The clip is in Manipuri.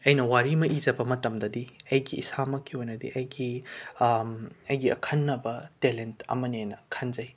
ꯑꯩꯅ ꯋꯥꯔꯤ ꯑꯃ ꯏꯖꯕ ꯃꯇꯝꯗꯗꯤ ꯑꯩꯒꯤ ꯏꯁꯥꯃꯛꯀꯤ ꯑꯣꯏꯅꯗꯤ ꯑꯩꯒꯤ ꯑꯩꯒꯤ ꯑꯈꯟꯅꯕ ꯇꯦꯂꯦꯟꯠ ꯑꯃꯅꯦꯅ ꯈꯟꯖꯩ